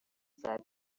said